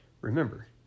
Remember